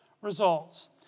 results